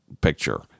picture